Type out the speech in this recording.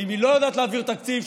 ואם היא לא יודעת להעביר תקציב,